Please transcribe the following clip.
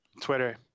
Twitter